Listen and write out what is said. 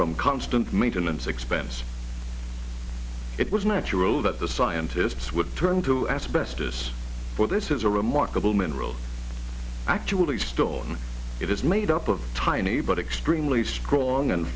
from constant maintenance expense it was natural that the scientists would turn to asbestos for this is a remarkable mineral actually stone it is made up of tiny but extreme least wrong and